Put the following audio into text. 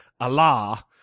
Allah